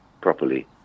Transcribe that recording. properly